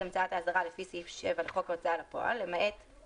המצאת האזהרה לפי סעיף 7 לחוק ההוצאה לפועל לחייב,